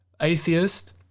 atheist